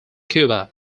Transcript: cuba